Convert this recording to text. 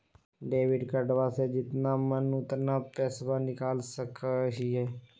Debit कार्डबा से जितना मन उतना पेसबा निकाल सकी हय?